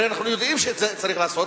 הרי אנחנו יודעים שצריך לעשות,